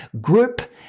group